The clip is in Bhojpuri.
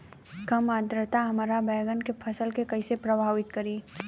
कम आद्रता हमार बैगन के फसल के कइसे प्रभावित करी?